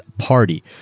party